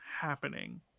Happening